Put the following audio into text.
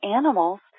animals